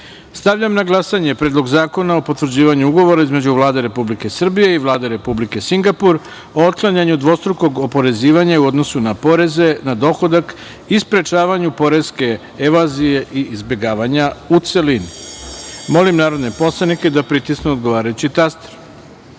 na glasanje Predlog zakona o potvrđivanju Ugovora između Vlade Republike Srbije i Vlade Republike Singapur o otklanjanju dvostrukog oporezivanja u odnosu na poreze na dohodak i sprečavanju poreske evazije i izbegavanja, u celini. Molim narodne poslanike da pritisnu odgovarajući